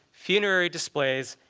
funerary displays,